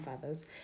fathers